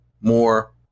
more